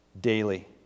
daily